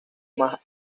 más